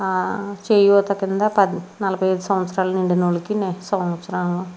చేయూత కింద పద్ నలబైఐదు సంవత్సరాలు నిండినోళ్లకి నెక్స్ట్ సంవత్సరం